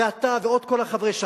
אתה וכל חברי ש"ס.